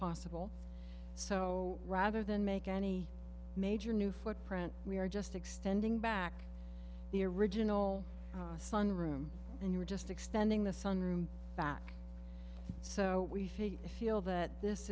possible so rather than make any major new footprint we are just extending back the original sun room and you are just extending the sun room back so we face a feel that this